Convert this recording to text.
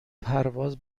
پرواز